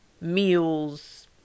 meals